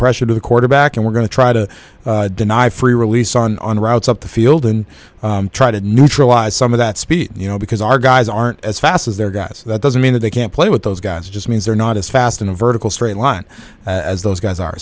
pressure to the quarterback and we're going to try to deny free release on on routes up the field and try to neutralize some of that speed you know because our guys aren't as fast as their guys that doesn't mean that they can't play with those guys just means they're not as fast in a vertical straight line as those guys are